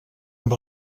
amb